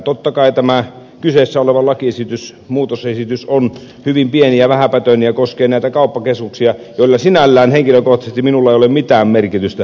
totta kai tämä kyseessä oleva muutosesitys on hyvin pieni ja vähäpätöinen ja koskee näitä kauppakeskuksia joilla sinällään henkilökohtaisesti minulle ei ole mitään merkitystä